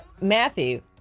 matthew